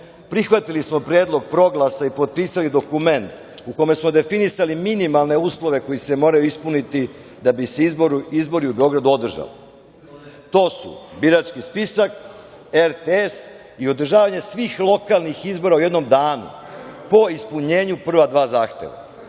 prihvatili smo predlog Proglasa i potpisali dokument u kome smo definisali minimalne uslove koji se moraju ispuniti da bi se izbori u Beogradu održali. To su: birački spisak, RTS i održavanje svih lokalnih izbora u jednom danu po ispunjenju prva dva zahteva.